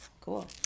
Cool